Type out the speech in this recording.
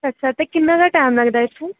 अच्छा ते किन्ना गै टैम लगदा इत्थूं